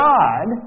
God